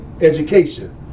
education